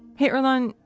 hey, earlonne,